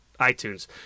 iTunes